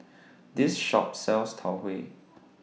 This Shop sells Tau Huay